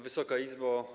Wysoka Izbo!